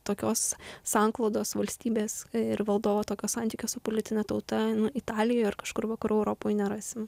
tokios sanklodos valstybės ir valdovo tokio santykio su politine tauta italijoje ar kažkur vakarų europoj nerasim